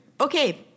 Okay